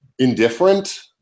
indifferent